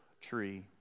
tree